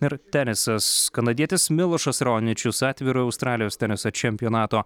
ir tenisas kanadietis milošas roničius atvirojo australijos teniso čempionato